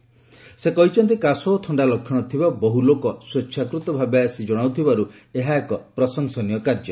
ଶ୍ରୀ ମୋଦୀ କହିଛନ୍ତି କାଶ ଓ ଥଣ୍ଡାର ଲକ୍ଷଣ ଥିବା ବହୁ ଲୋକ ସ୍ୱେଚ୍ଛାକୃତ ଭାବେ ଆସି ଜଣାଉଥିବାରୁ ଏହା ଏକ ପ୍ରଶଂସନୀୟ କାର୍ଯ୍ୟ